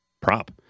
prop